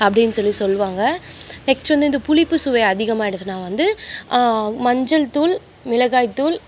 அப்படின்னு சொல்லி சொல்லுவாங்க நெக்ஸ்ட் வந்து இந்த புளிப்புச்சுவை அதிகமாக ஆகிடுச்சின்னா வந்து மஞ்சள் தூள் மிளகாய் தூள்